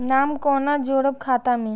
नाम कोना जोरब खाता मे